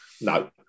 No